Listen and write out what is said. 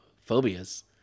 phobias